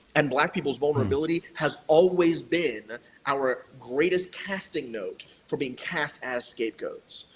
and black people's vulnerability has always been our greatest casting note for being cast as scapegoats.